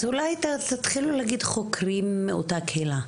אז אולי תתחילו להגיד חוקרים מאותה קהילה.